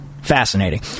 Fascinating